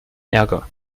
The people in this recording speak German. ärger